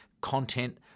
content